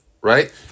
Right